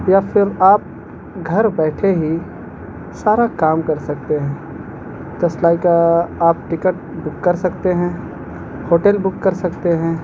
یا پھر آپ گھر بیٹھے ہی سارا کام کر سکتے ہیں جس لائک آپ ٹکٹ بک کر سکتے ہیں ہوٹل بک کر سکتے ہیں